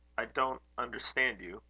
i don't understand you.